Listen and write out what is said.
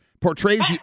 portrays